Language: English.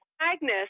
Agnes